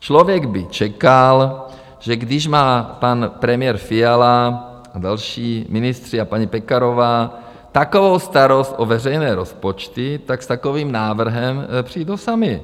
Člověk by čekal, že když má pan premiér Fiala a další ministři a paní Pekarová takovou starost o veřejné rozpočty, tak s takovým návrhem přijdou sami.